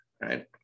right